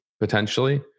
potentially